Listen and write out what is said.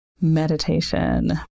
Meditation